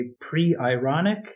pre-ironic